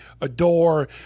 adore